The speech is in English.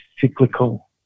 cyclical